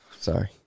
Sorry